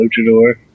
luchador